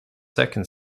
second